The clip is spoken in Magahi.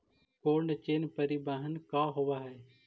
कोल्ड चेन परिवहन का होव हइ?